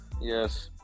Yes